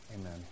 amen